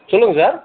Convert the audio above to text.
சொல்லுங்கள் சார்